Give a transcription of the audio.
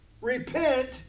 repent